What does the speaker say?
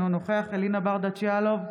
אינו נוכח אלינה ברדץ' יאלוב,